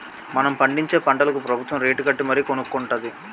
మనం పండించే పంటలకు ప్రబుత్వం రేటుకట్టి మరీ కొనుక్కొంటుంది